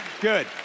good